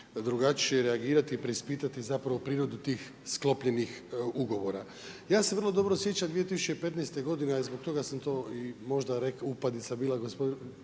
drugačije reagirati, preispitati zapravo prirodu tih sklopljenih ugovora. Ja se vrlo dobro sjećam 2015. godine i zbog toga sam to i možda rekao, upadica je bila gospodin,